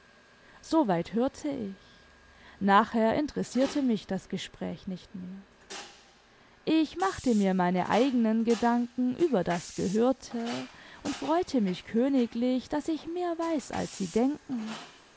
soweit hörte ich nachher interessierte mich das gespräch nicht mehr ich machte mir meine eigenen gedanken über das gehörte und freute mich königlich daß ich mehr weiß als sie denken